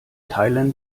teilen